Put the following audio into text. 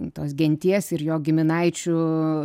tos genties ir jo giminaičių